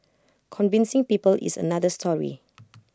convincing people is another story